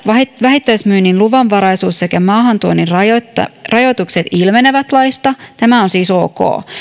vähittäismyynnin luvanvaraisuus sekä maahantuonnin rajoitukset ilmenevät laista tämä on siis ok